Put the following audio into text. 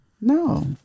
No